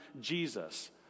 Jesus